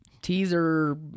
teaser